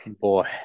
Boy